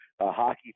hockey